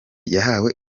yahawe